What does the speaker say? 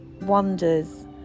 wonders